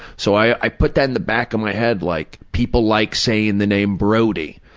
so i put that in the back of my head like people like saying the name brody.